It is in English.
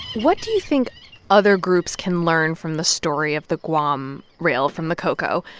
what do you think other groups can learn from the story of the guam rail from the ko'ko'?